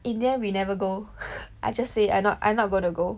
in the end we never go I just say I not I not gonna go